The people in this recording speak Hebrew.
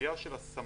בסוגיה של הסמכות.